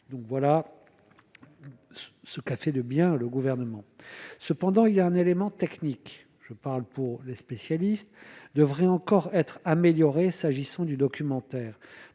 donc voilà. Ce qu'a fait de bien, le gouvernement, cependant il y a un élément technique, je parle pour les spécialistes devraient encore être améliorée, s'agissant du documentaire,